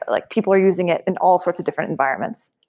like people are using it in all sorts of different environments.